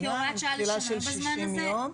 עם תחילה של 60 יום.